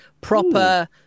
Proper